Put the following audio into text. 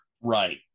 Right